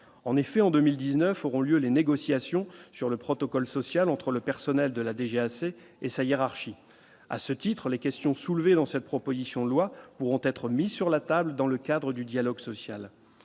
en effet en 2019 auront lieu les négociations sur le protocole social entre le personnel de la DGAC et ça hiérarchie à ce titre, les questions soulevées dans cette proposition de loi pourront être mis sur la table dans le cadre du dialogue social,